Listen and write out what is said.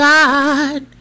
God